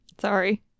Sorry